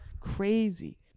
crazy